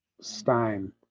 Stein